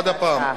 עוד הפעם,